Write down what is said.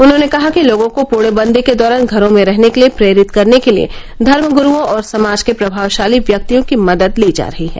उन्होंने कहा कि लोगों को पूर्णबंदी के दौरान घरों में रहने के लिए प्रेरित करने के लिए धर्मगुरूओं और समाज के प्रभावशाली व्यक्तियों की मदद ली जा रही है